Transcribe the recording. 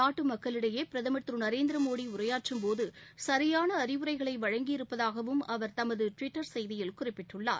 நாட்டு மக்களிடையே பிரதமர் திரு நரேந்திரமோடி உரையாற்றும்போது சரியான அறிவுரைகளை வழங்கி இருப்பதாகவும் அவர் தமது டுவிட்டர் செய்தியில் குறிப்பிட்டுள்ளார்